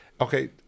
Okay